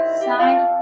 side